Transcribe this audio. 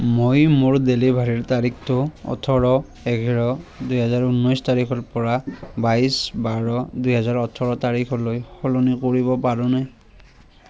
মই মোৰ ডেলিভাৰীৰ তাৰিখটো ওঠৰ এঘাৰ দুহেজাৰ ঊনৈছ তাৰিখৰ পৰা বাইছ বাৰ দুহেজাৰ ওঠৰ তাৰিখলৈ সলনি কৰিব পাৰোঁনে